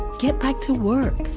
get back to work